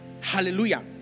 Hallelujah